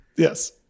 Yes